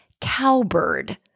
cowbird